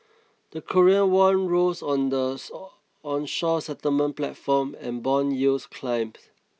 the Korean won rose on the onshore settlement platform and bond yields climbed